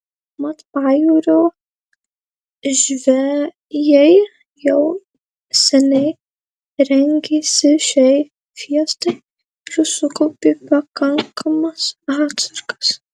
mat pajūrio žvejai jau seniai rengėsi šiai fiestai ir sukaupė pakankamas atsargas